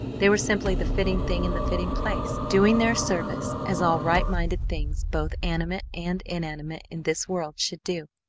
they were simply the fitting thing in the fitting place, doing their service as all right-minded things both animate and inanimate in this world should do.